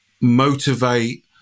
motivate